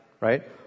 Right